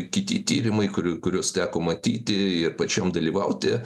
kiti tyrimai kurių kuriuos teko matyti ir pačiam dalyvauti